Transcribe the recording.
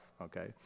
okay